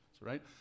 right